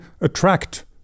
attract